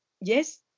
yes